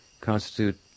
constitute